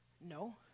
No